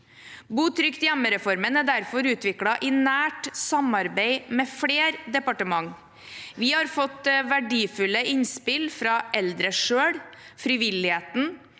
Bo trygt hjemme-reformen er derfor utviklet i nært samarbeid med flere departementer. Vi har fått verdifulle innspill fra eldre selv, frivilligheten,